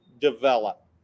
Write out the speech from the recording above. develop